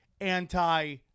anti